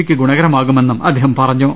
യ്ക്ക് ഗുണകരമാകുമെന്നും അദ്ദേഹം പറഞ്ഞു